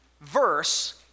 verse